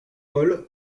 paul